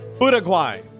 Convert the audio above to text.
Uruguay